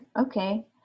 okay